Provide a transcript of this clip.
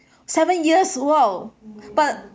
seven years !wow! but